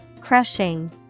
Crushing